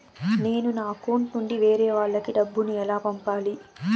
నేను నా అకౌంట్ నుండి వేరే వాళ్ళకి డబ్బును ఎలా పంపాలి?